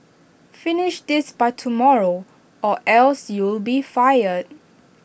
finish this by tomorrow or else you'll be fired